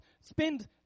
spend